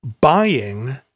buying